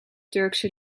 turkse